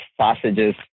sausages